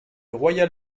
royal